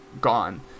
gone